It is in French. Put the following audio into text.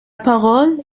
parole